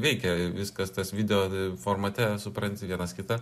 veikia viskas tas video formate supranti vienas kitą